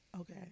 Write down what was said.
Okay